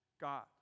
God